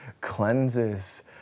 cleanses